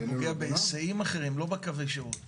אז זה פוגע בהיסעים אחרים לא בקווי השירות.